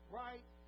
right